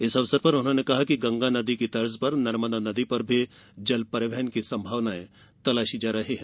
इस अवसर पर उन्होंने कहा कि गंगा नदी की तर्ज पर नर्मदा नदी पर भी जल परिवहन की संभावनायें तलाशी जा रही हैं